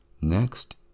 Next